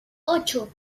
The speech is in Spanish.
ocho